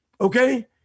okay